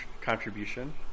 contribution